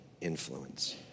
influence